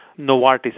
Novartis